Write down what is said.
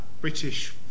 British